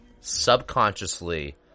subconsciously